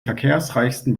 verkehrsreichsten